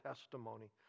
testimony